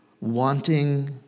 wanting